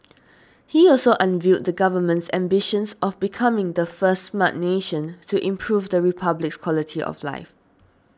he also unveiled the Government's ambitions of becoming the first Smart Nation to improve the Republic's quality of life